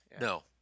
No